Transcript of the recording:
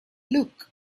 look